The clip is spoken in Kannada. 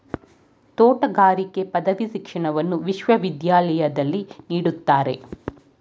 ತೋಟಗಾರಿಕೆ ಪದವಿ ಶಿಕ್ಷಣವನ್ನು ವಿಶ್ವವಿದ್ಯಾಲಯದಲ್ಲಿ ನೀಡ್ತಾರೆ